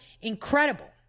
incredible